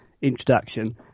introduction